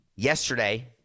Yesterday